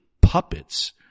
puppets